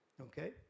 Okay